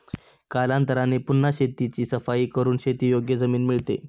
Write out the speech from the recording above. कालांतराने पुन्हा शेताची सफाई करून शेतीयोग्य जमीन मिळते